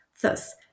Thus